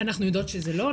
אנחנו יודעות שזה לא,